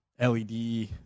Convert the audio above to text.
led